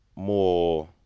more